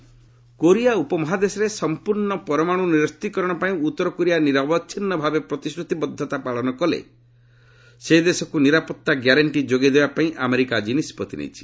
Trump Kim summit Korea ଉପମହାଦେଶରେ ସମ୍ପୂର୍ଣ୍ଣ ପରମାଣୁ ନିରସ୍ତିକରଣ ପାଇଁ ଉତ୍ତର କୋରିଆ ନିରବଚ୍ଛିନ୍ନ ଭାବେ ପ୍ରତିଶ୍ରତିବଦ୍ଧତା ପାଳନ କଲେ ସେ ଦେଶକୁ ନିରାପତ୍ତା ଗ୍ୟାରେଣ୍ଟି ଯୋଗାଇ ଦେବା ପାଇଁ ଆମେରିକା ଆଜି ନିଷ୍କଭି ନେଇଛି